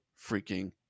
freaking